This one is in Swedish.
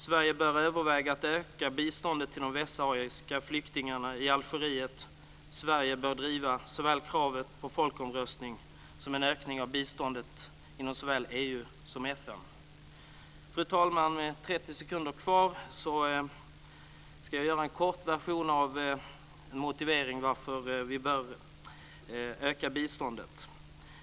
Sverige bör överväga att öka biståndet till de västsahariska flyktingarna i Algeriet. Sverige bör driva såväl kravet på folkomröstning som en ökning av biståndet inom både EU och FN. Fru talman! Med 30 sekunders talartid kvar ska jag göra en kort version av motiveringen till varför vi bör öka biståndet.